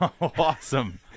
Awesome